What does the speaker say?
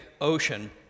Ocean